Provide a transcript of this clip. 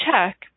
check